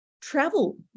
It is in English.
travel